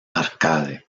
arcade